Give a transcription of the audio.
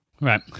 Right